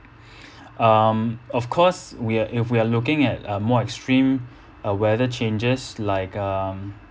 um of course we're if we're looking at uh more extreme uh weather changes like um